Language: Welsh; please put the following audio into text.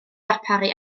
darparu